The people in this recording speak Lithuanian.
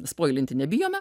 spoilinti nebijome